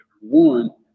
One